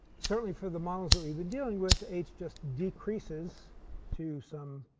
certainly for the models that we've been dealing with, h just decreases to some